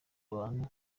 abantu